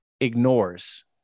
ignores